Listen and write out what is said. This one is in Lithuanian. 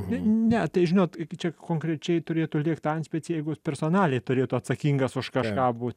ne tai žinot čia konkrečiai turėtų lėkt antpečiai bet jeigu personaliai turėtų atsakingas už kažką būt